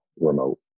remote